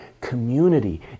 community